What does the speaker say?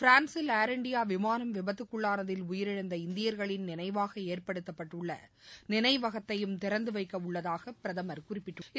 பிரான்சில் ஏர்இண்டியா விமானம் விபத்துக்குள்ளானதில் உயிரிழந்த இந்தியர்களின் நினைவாக ஏற்படுத்தப்பட்டுள்ள நினைவகத்தையும் திறந்து வைக்க உள்ளதாக பிரதமர் குறிப்பிட்டுள்ளாா்